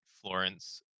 Florence